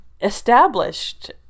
established